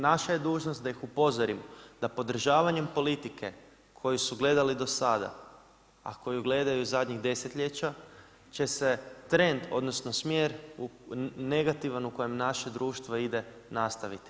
Naša je dužnost da ih upozorimo da podržavanjem politike koju su gledali do sada, a koju gledaju zadnjih desetljeća, će se trend odnosno, smjer negativan u koje naše društvo ide nastaviti.